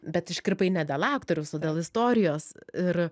bet iškirpai ne dėl aktoriaus o dėl istorijos ir